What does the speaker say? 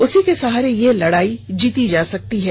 उसी के सहारे यह लड़ाई जीती जा सकती है